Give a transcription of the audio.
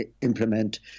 implement